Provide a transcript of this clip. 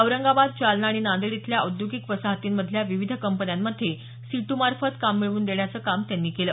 औरंगाबाद जालना आणि नांदेड इथल्या औद्योगिक वसाहतींमधल्या विविध कंपन्यांमध्ये सिटूमार्फत काम मिळवून देण्याचं काम त्यांनी केलं